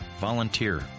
Volunteer